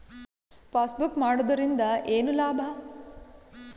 Passbook ಮಾಡುದರಿಂದ ಏನು ಲಾಭ?